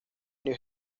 new